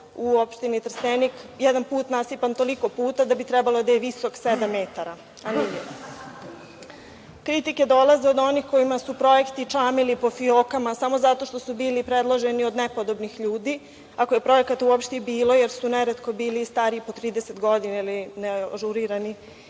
u opštini Trstenik jedan put nasipan toliko puta da bi trebalo da je visok sedam metara. Kritike dolaze od onih kojima su projekti čamili po fijokama samo zato što su bili predloženi od nepodobnih ljudi, ako je projekata uopšte i bilo jer su neretko bili i stari po 30 godina ili neažurirani